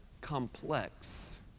complex